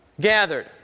gathered